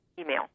email